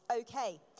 Okay